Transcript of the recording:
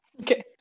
Okay